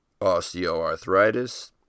osteoarthritis